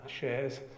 shares